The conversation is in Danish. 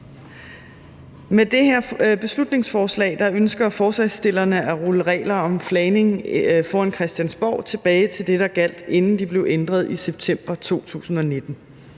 Med det her beslutningsforslag ønsker forslagsstillerne at rulle regler om flagning foran Christiansborg tilbage til det, der gjaldt, inden de blev ændret i september 2019.